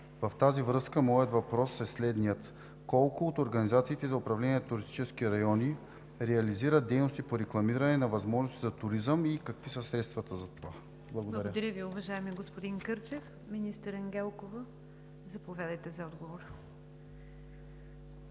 В тази връзка моят въпрос е следният: колко от организациите за управление на туристически райони реализират дейности по рекламиране на възможностите за туризъм и какви са средствата за това? Благодаря. ПРЕДСЕДАТЕЛ НИГЯР ДЖАФЕР: Благодаря Ви, уважаеми господин Кърчев. Министър Ангелкова, заповядайте за отговор.